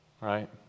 Right